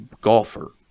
golfer